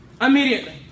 Immediately